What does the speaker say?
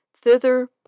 Thither